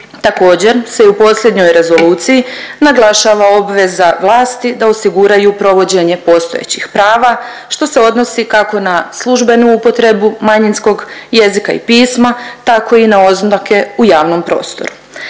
Također se i u posljednjoj rezoluciji naglašava obveza vlasti da osiguraju provođenje postojećih prava što se odnosi kako na službenu upotrebu manjinskog jezika i pisma tako i na oznake u javnom prostoru.